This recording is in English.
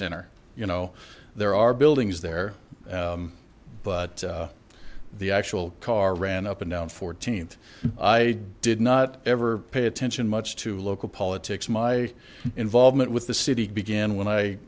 center you know there are buildings there but the actual car ran up and down fourteenth i did not ever pay attention much to local politics my involvement with the city began when i